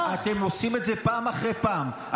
אתם עושים את זה פעם אחרי פעם.